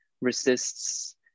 resists